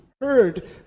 heard